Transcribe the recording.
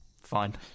Fine